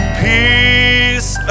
peace